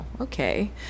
okay